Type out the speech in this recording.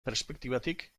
perspektibatik